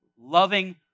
loving